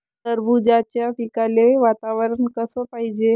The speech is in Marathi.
टरबूजाच्या पिकाले वातावरन कस पायजे?